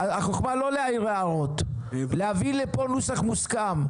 החוכמה לא להעיר הערות, להביא לפה נוסח מוסכם.